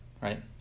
right